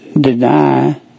deny